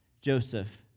Joseph